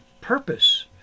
purpose